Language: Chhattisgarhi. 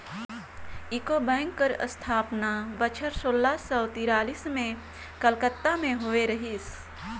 यूको बेंक कर असथापना बछर सोला सव तिरालिस में कलकत्ता में होए रहिस